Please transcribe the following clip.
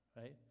right